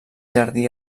jardí